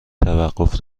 توقف